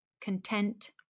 content